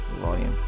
volume